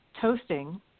toasting